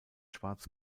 schwarz